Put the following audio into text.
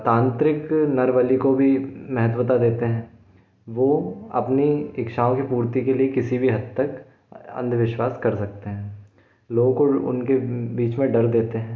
तांत्रिक नरबलि को भी महत्वता देते हैं वो अपनी इच्छाओं की पूर्ति के लिए किसी भी हद तक अंधविश्वास कर सकते हैं लोगों को उनके बीच में डर देते हैं